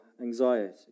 anxiety